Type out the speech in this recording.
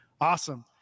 Awesome